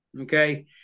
Okay